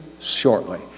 shortly